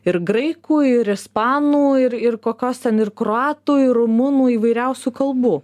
ir graikų ir ispanų ir ir kokios ten ir kroatų ir rumunų įvairiausių kalbų